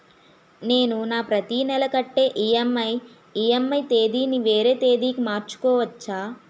నేను నా ప్రతి నెల కట్టే ఈ.ఎం.ఐ ఈ.ఎం.ఐ తేదీ ని వేరే తేదీ కి మార్చుకోవచ్చా?